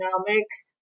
economics